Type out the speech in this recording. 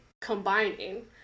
combining